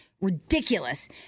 ridiculous